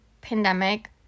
pandemic